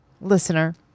listener